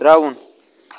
ترٛاوُن